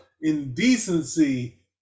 indecency